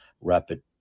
Rapid